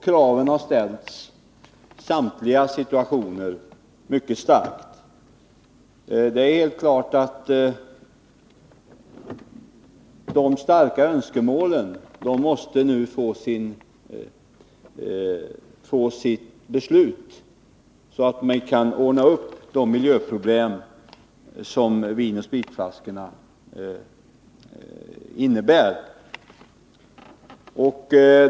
Kraven har ställts mycket starkt i samtliga situationer. Detta starka önskemål måste nu leda till ett beslut, så att vi kan ordna upp de miljöproblem som vinoch spritflaskorna innebär.